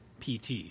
PT